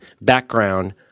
background